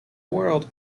world